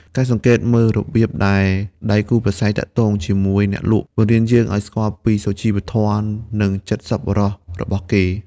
ការសង្កេតមើលរបៀបដែលដៃគូប្រាស្រ័យទាក់ទងជាមួយអ្នកលក់ បង្រៀនយើងឱ្យស្គាល់ពីសុជីវធម៌ និងចិត្តសប្បុរសរបស់គេ។